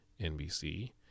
NBC